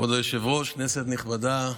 כבוד היושב-ראש, כנסת נכבדה,